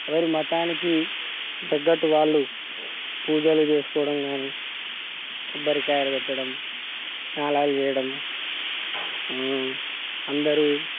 ఎవరి మతానికి తగ్గట్టు వాళ్ళు పూజలు చేసుకోవడం గానీ కొబ్బరికాయలు కొట్టడం స్నానాలు చేయడం అందరూ